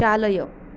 चालय